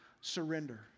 surrender